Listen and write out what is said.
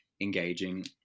engaging